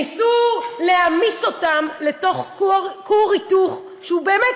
ניסו להמס אותם בתוך כור היתוך שבאמת,